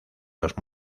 los